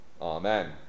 Amen